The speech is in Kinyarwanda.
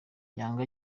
yanga